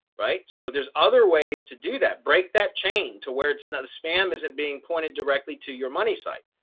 right? so there's other ways to do that break that chain to where it's not spam isn't being pointed directly to your money site,